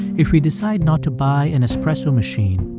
if we decide not to buy an espresso machine,